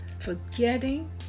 forgetting